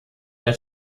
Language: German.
der